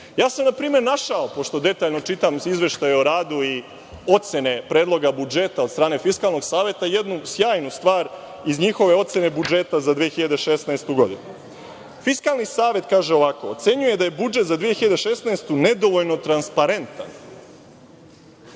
politici? Na primer, našao sam, pošto detaljno čitam izveštaje o radu i ocene predloga budžeta od strane Fiskalnog saveta, jednu sjajnu stvar iz njihove ocene budžeta za 2016. godinu. Fiskalni savet, kaže ovako, ocenjuje da je budžet za 2016. godinu nedovoljno transparentan.